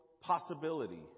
possibility